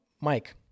Mike